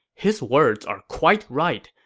his words are quite right.